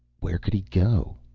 where could he go?